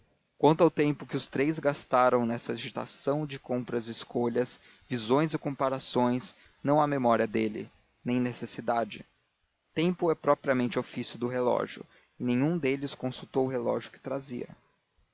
quanto ao tempo que os três gastaram nessa agitação de compras e escolhas visões e comparações não há memória dele nem necessidade tempo é propriamente ofício de relógio e nenhum deles consultou o relógio que trazia